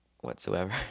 Whatsoever